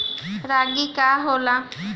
रागी का होला?